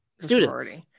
Students